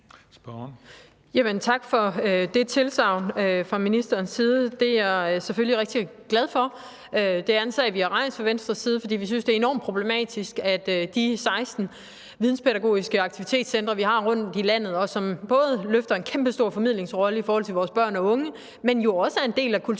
tak for det tilsagn fra ministerens side – det er jeg selvfølgelig rigtig glad for. Det er en sag, vi har rejst fra Venstres side, fordi vi synes, det er enormt problematisk i forhold til de 16 videnspædagogiske aktivitetscentre, som vi har rundt i landet, og som både løfter en kæmpestor formidlingsopgave i forhold til vores børn og unge, men jo også er en del af